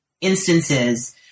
instances